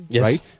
right